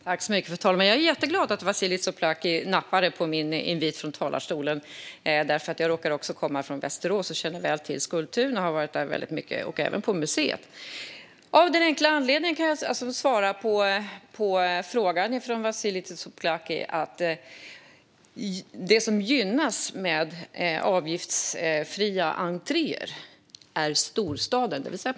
Fru talman! Jag är jätteglad att Vasiliki Tsouplaki nappade på min invit från talarstolen. Jag råkar nämligen också komma från Västerås och känner väl till Skultuna. Jag har varit där väldigt mycket, även på museet. Som svar på frågan från Vasiliki Tsouplaki kan jag säga att det som gynnas med avgiftsfria entréer är storstaden.